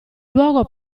luogo